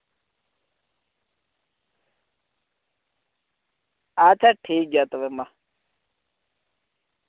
ᱟᱪᱪᱷᱟ ᱴᱷᱤᱠ ᱜᱮᱭᱟ ᱛᱚᱵᱮ ᱢᱟ